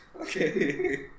Okay